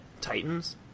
titans